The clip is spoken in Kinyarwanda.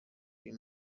uyu